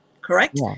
correct